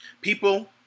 People